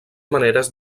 maneres